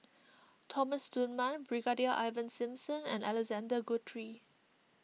Thomas Dunman Brigadier Ivan Simson and Alexander Guthrie